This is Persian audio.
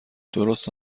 درست